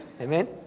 Amen